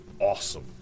awesome